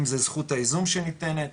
אם זה זכות הייזום שניתנת,